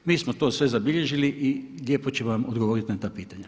Mi smo to sve zabilježili i lijepo ću vam odgovoriti na ta pitanja.